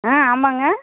ஆ ஆமாம்ங்க